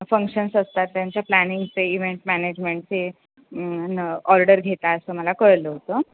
functions असतात त्यांच्या प्लॅनिंगचे इव्हेंट मॅनेजमेंटचे न ऑर्डर घेता असं मला कळलं होतं